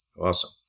awesome